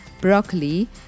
broccoli